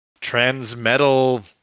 Transmetal